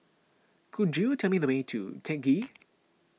could you tell me the way to Teck Ghee